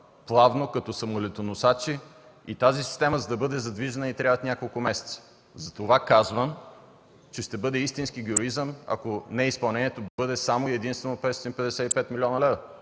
плавно, като самолетоносачи, и тази система, за да бъде задвижена, й трябват няколко месеца. Затова казвам, че ще бъде истински героизъм, ако неизпълнението бъде само и единствено 555 млн. лв.